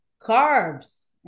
Carbs